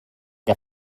que